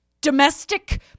domestic